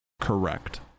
Correct